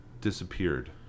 disappeared